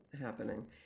happening